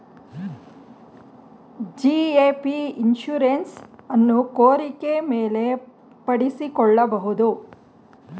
GAP insurance ಅನ್ನು ಕೋರಿಕೆ ಮೇಲೆ ಪಡಿಸಿಕೊಳ್ಳಬಹುದು